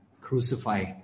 Crucify